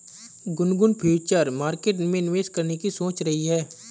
Gungun future market में निवेश करने की सोच रही है